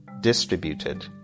distributed